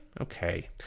Okay